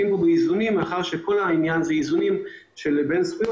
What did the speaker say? מאחר שכל העניין פה זה איזונים בין זכויות,